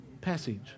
passage